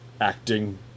acting